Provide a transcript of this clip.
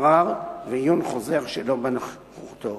ערר ועיון חוזר שלא בנוכחותו.